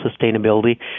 sustainability